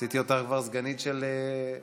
עשיתי אותך כבר סגנית של יריב.